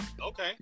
Okay